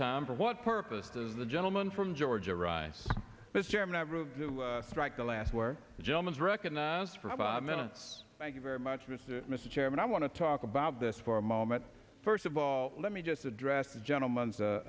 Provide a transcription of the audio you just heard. time for what purpose does the gentleman from georgia rise as chairman strike the last where gentleman's recognized for about five minutes thank you very much mr mr chairman i want to talk about this for a moment first of all let me just address the gentleman's